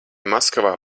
maskavā